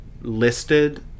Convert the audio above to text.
listed